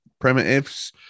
primitives